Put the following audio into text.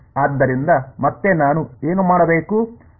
ಆದ್ದರಿಂದ ಮತ್ತೆ ನಾನು ಏನು ಮಾಡಬೇಕು